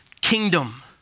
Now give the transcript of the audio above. kingdom